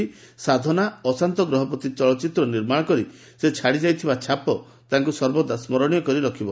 'ସାଧନା' 'ଅଶାନ୍ତ ଗ୍ରହ' ପରି ଚଳଚ୍ଚିତ୍ର ନିର୍ମାଶ କରି ସେ ଛାଡ଼ି ଯାଇଥିବା ଛାପ ତାଙ୍କୁ ସର୍ବଦା ସ୍କରଶୀୟ କରି ରଖିବ